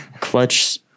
Clutch